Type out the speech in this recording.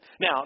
Now